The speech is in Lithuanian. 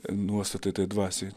nuostatai tai dvasiai